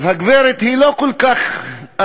אז הגברת היא לא כל כך אמידה,